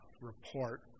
report